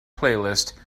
playlist